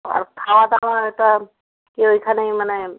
আর খাওয়া দাওয়াটা কি ওইখানেই মানে